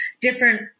different